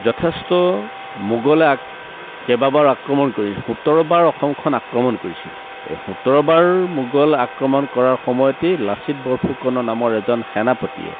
যথেষ্ট মোগলে কেইবাবাৰ আক্ৰমণ কৰি সোতৰবাৰ অসমখন আক্ৰমণ কৰিছিল এই সোতৰবাৰ মোগল আক্ৰমণ কৰাৰ সময়তেই লাচিত বৰফুকনৰ নামৰ এজন সেনাপতিয়ে